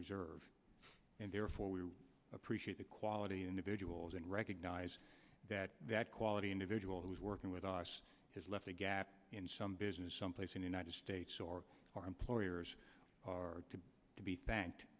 reserve and therefore we appreciate the quality individuals and recognize that that quality individual who is working with us has left a gap in some business some place in united states or our employers are to be thanked